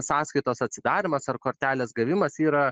sąskaitos atsidarymas ar kortelės gavimas yra